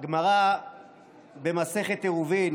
הגמרא במסכת ערובין